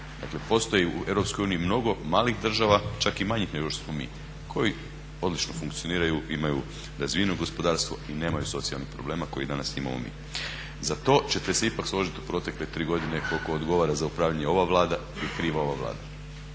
Dakle, postoji u EU mnogo malih država čak i manjih nego što smo mi koji odlično funkcioniraju, imaju razvijeno gospodarstvo i nemaju socijalnih problema koje danas imamo mi. Za to ćete se ipak složiti u protekle tri godine koliko odgovara za upravljanje ova Vlada i kriva ova Vlada.